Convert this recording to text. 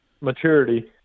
maturity